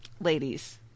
ladies